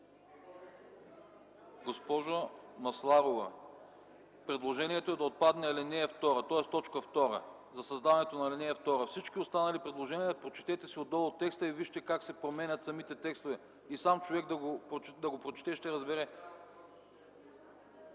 Госпожо Масларова, предложението е да отпадне ал. 2, тоест т. 2 за създаването на ал. 2. Всички останали предложения – прочетете си отдолу текста и вижте как се променят самите текстове. Сам човек да го прочете, ще го разбере.